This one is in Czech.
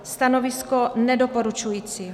Stanovisko: nedoporučující.